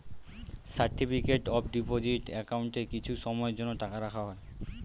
certificate of deposit অ্যাকাউন্টে কিছু সময়ের জন্য টাকা রাখা হয়